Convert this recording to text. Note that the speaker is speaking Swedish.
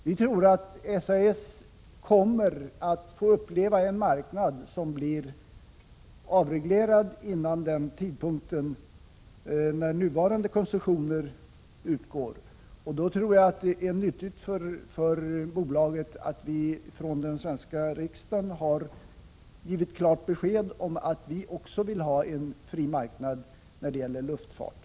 Vi tror att SAS kommer att få uppleva en marknad som hunnit bli avreglerad före 1995, då de nuvarande koncessionerna utgår. Det är nog nyttigt för bolaget att den svenska riksdagen ger klart besked att även vi önskar en fri marknad när det gäller luftfarten.